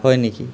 হয় নেকি